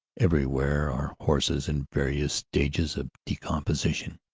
every where are horses in various stages of decomposition.